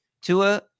Tua